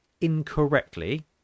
incorrectly